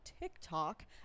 TikTok